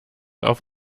auf